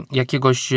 jakiegoś